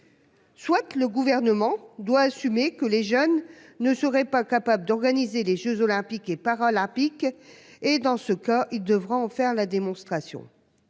Souhaite le gouvernement doit assumer que les jeunes ne serait pas capable d'organiser les Jeux olympiques et paralympiques. Et dans ce cas, ils devront en faire la démonstration.